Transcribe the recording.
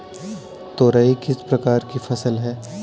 तोरई किस प्रकार की फसल है?